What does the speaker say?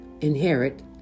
inherit